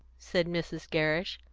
said mrs. gerrish,